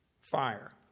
fire